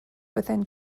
within